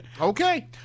Okay